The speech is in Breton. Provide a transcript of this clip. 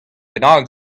bennak